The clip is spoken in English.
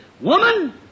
Woman